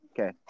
Okay